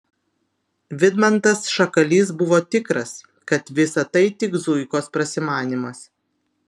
vidmantas šakalys buvo tikras kad visa tai tik zuikos prasimanymas